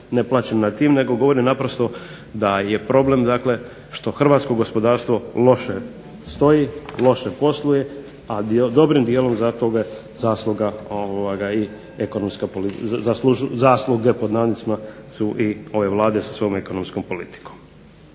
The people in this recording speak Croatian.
ne plačem nad tim, nego govorim naprosto da je problem dakle što hrvatsko gospodarstvo loše stoji, loše posluje, a dobrim dijelom za toga je zasluge pod navodnicima su i ove Vlade sa svojom ekonomskom politikom.